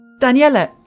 Daniela